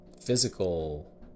physical